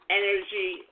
energy